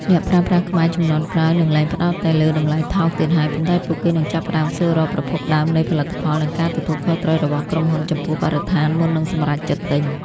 អ្នកប្រើប្រាស់ខ្មែរជំនាន់ក្រោយនឹងលែងផ្ដោតតែលើ "តម្លៃថោក" ទៀតហើយ ប៉ុន្តែពួកគេនឹងចាប់ផ្ដើមសួររក "ប្រភពដើមនៃផលិតផល" និងការទទួលខុសត្រូវរបស់ក្រុមហ៊ុនចំពោះបរិស្ថាន មុននឹងសម្រេចចិត្តទិញ។